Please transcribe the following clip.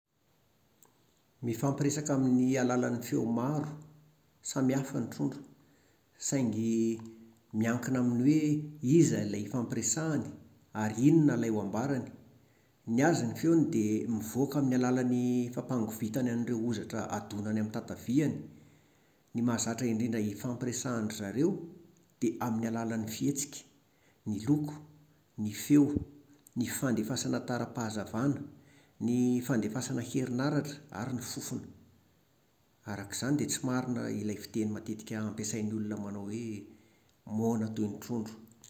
Mifampiresaka amin'ny alàlan'ny feo maro-o samihafa ny trondro, saingy miankina amin'ny hoe iza ilay ifampiresahany ary inona ilay ho ambarany. Ny azy ny feony dia mivoaka amin'ny alàlan'ny fampangovitany an'ireo hozatra adonany amin'ny tataviany. Ny mahazatra indrindra ifampiresahan-dry zareo dia amin'ny alàlan'ny fihetsika, ny loko, ny feo, ny fandefasana tara-pahazavàna, ny-y-y fandefasana herinaratra ary ny fofona. Araka izany dia tsy marina ilay fiteny matetika ampiasain'ny olona manao hoe "Moana toy ny trondro"